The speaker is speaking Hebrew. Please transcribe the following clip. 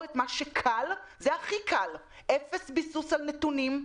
את מה שקל - אפס ביסוס על נתונים,